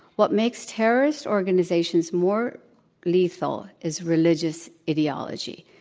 what makes terrorist organizations more lethal is religious ideology.